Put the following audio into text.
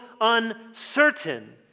uncertain